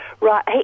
Right